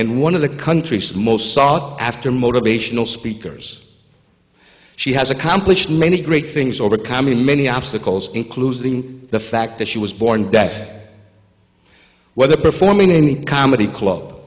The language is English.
and one of the country's most sought after motivational speakers she has accomplished many great things overcoming many obstacles including the fact that she was born deaf whether performing any comedy club